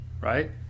right